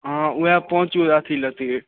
आ वएह पाँच गो अथी लैतिए